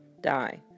die